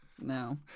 No